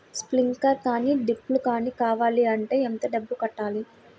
Sprinkler కానీ డ్రిప్లు కాని కావాలి అంటే ఎంత డబ్బులు కట్టాలి?